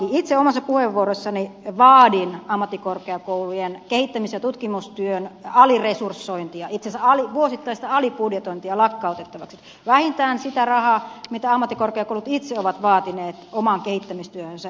itse omassa puheenvuorossani vaadin ammattikorkeakoulujen kehittämis ja tutkimustyön aliresursointia itse asiassa vuosittaista alibudjetointia lakkautettavaksi vähintään sitä rahaa mitä ammattikorkeakoulut itse ovat vaatineet omaan kehittämistyöhönsä